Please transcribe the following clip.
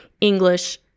English